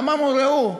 אמרנו: ראו,